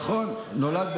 נכון, נולד במרוקו.